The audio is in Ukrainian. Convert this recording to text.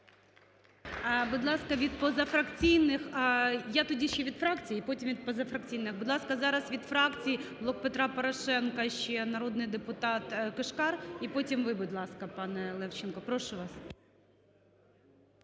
Будь ласка, від позафракційних… Я тоді ще від фракцій, і потім від позафракційних. Будь ласка, зараз від фракції "Блок Петра Порошенка" ще народний депутат Кишкар, і потім ви, будь ласка, пане Левченко. Прошу вас.